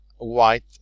white